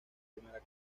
primera